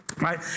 right